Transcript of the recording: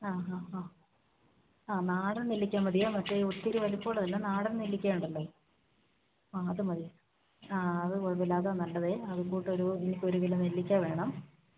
ആ ഹാ ആ ആ നാടന് നെല്ലിക്ക മതിയേ മറ്റേ ഒത്തിരി വലിപ്പം ഉള്ളതല്ല നാടന് നെല്ലിക്ക ആയിട്ടുണ്ടോ ആ അത് മതി ആ അത് കുഴപ്പമില്ല അതാണ് നല്ലത് അതുകൂട്ട് ഒരു ഒരു കിലോ നെല്ലിക്ക വേണം